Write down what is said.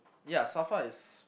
ya Safra is